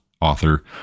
author